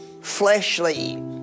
fleshly